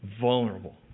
vulnerable